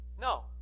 No